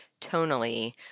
tonally